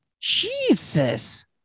Jesus